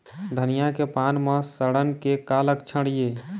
धनिया के पान म सड़न के का लक्षण ये?